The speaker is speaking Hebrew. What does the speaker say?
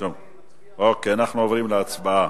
אנחנו עוברים להצבעה.